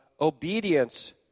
obedience